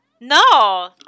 no